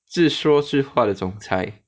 自说自话的总裁